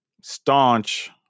staunch